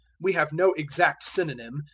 we have no exact synonym,